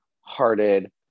hearted